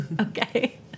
okay